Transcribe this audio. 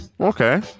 Okay